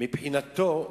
מבחינתו,